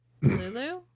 Lulu